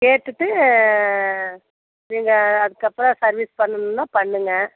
கேட்டுகிட்டு நீங்கள் அதுக்கப்பறம் சர்வீஸ் பண்ணணுன்னா பண்ணுங்கள்